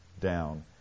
down